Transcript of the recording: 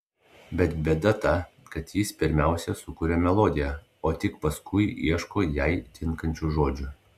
bet bėda ta kad jis pirmiausia sukuria melodiją o tik paskui ieško jai tinkančių žodžių